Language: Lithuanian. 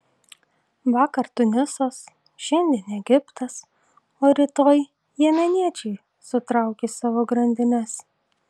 vakar tunisas šiandien egiptas o rytoj jemeniečiai sutraukys savo grandines